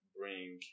bring